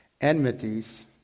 enmities